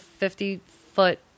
50-foot